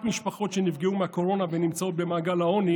רק משפחות שנפגעו מהקורונה ונמצאות במעגל העוני